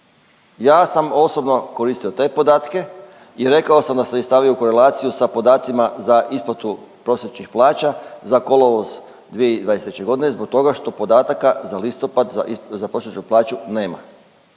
Ja sam osobno koristio te podatke i rekao sam da sam ih stavio u korelaciju sa podacima za isplatu prosječnih plaća za kolovoz 2023. godine zbog toga što podataka za listopad za prosječnu plaću nema.